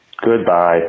Goodbye